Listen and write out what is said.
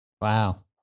Wow